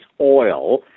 oil